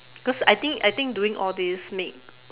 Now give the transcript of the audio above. because I think I think doing all these make